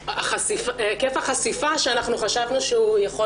היקף החשיפה שאנחנו חשבנו שהוא יכול